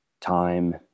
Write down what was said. time